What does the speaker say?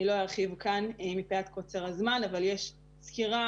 אני לא ארחיב כאן מפאת קוצר הזמן אבל יש סקירה